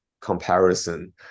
comparison